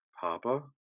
Papa